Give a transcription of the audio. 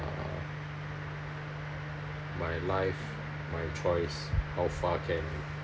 my life my choice how far can